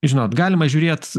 žinot galima žiūrėt